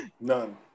None